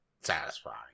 satisfying